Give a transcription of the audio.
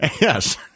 Yes